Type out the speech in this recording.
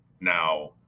Now